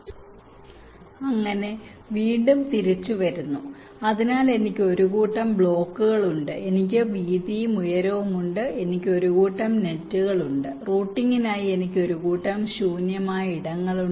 അങ്ങനെ വീണ്ടും തിരിച്ചുവരുന്നു അതിനാൽ എനിക്ക് ഒരു കൂട്ടം ബ്ലോക്കുകൾ ഉണ്ട് എനിക്ക് വീതിയും ഉയരവും ഉണ്ട് എനിക്ക് ഒരു കൂട്ടം നെറ്റുകൾ ഉണ്ട് റൂട്ടിംഗിനായി എനിക്ക് ഒരു കൂട്ടം ശൂന്യമായ ഇടങ്ങളുണ്ട്